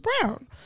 Brown